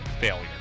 failure